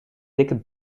dikke